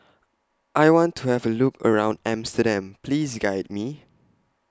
I want to Have A Look around Amsterdam Please Guide Me